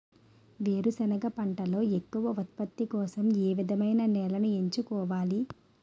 వేరుసెనగ పంటలో ఎక్కువ ఉత్పత్తి కోసం ఏ విధమైన నేలను ఎంచుకోవాలి?